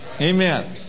Amen